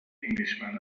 englishman